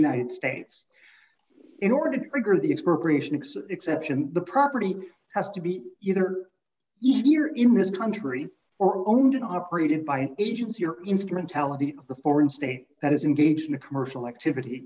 united states in order to trigger the expropriation exception the property has to be either easier in this country or owned and operated by an agency or instrumentality the foreign state that is engaged in a commercial activity